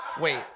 Wait